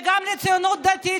וגם לציונות הדתית,